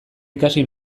ikasi